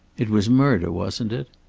it was murder, wasn't it?